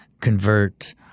convert